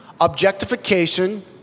objectification